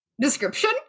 description